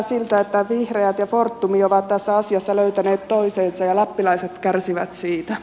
siltä että vihreät ja fortum ovat tässä asiassa löytäneet toisensa ja lappilaiset kärsivät siitä